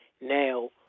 now